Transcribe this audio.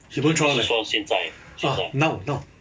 human trial leh ah now now